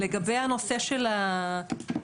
לגבי הנושא של החקיקה,